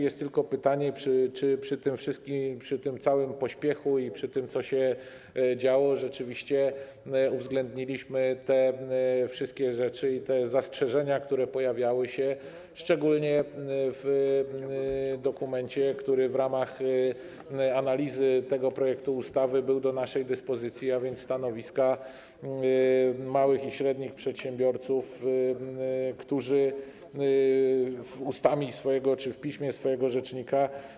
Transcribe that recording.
Jest tylko pytanie, czy przy tym całym pośpiechu i przy tym, co się działo, rzeczywiście uwzględniliśmy wszystkie rzeczy i zastrzeżenia, które pojawiały się, szczególnie w dokumencie, który w ramach analizy tego projektu ustawy był do naszej dyspozycji, a więc stanowiska małych i średnich przedsiębiorców, którzy przedstawili te zastrzeżenia w piśmie swojego rzecznika.